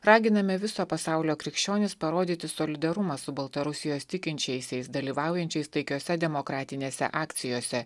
raginame viso pasaulio krikščionis parodyti solidarumą su baltarusijos tikinčiaisiais dalyvaujančiais taikiuose demokratinėse akcijose